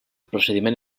procediment